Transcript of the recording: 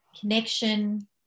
connection